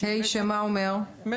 מה אומר סעיף (ה)?